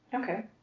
Okay